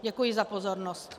Děkuji za pozornost.